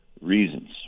reasons